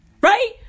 right